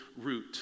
root